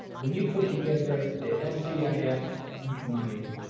when you put together the lcif ah yeah lcif um money,